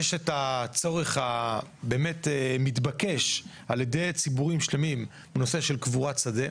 יש את הצורך המתבקש באמת על ידי ציבורים שונים בנושא קבורת שדה,